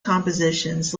compositions